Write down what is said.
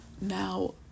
Now